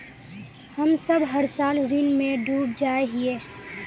हम सब हर साल ऋण में डूब जाए हीये?